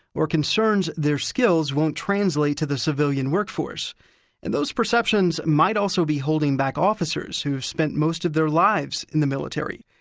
or concerns their skills won't translate to the civilian workforce and those perceptions might also be holding back officers who've spent most of their lives in the military,